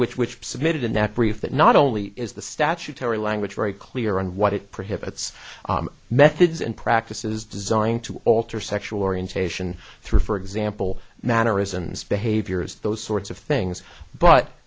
which which has submitted in that brief that not only is the statutory language very clear on what it prohibits methods and practices designed to alter sexual orientation through for example mannerisms behaviors those sorts of things